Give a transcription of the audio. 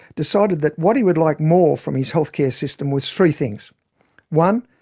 decided that what he would like more from his health care system was three things one.